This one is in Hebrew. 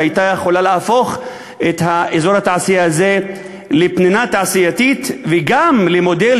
שהייתה יכולה להפוך את אזור התעשייה הזה לפנינה תעשייתית וגם למודל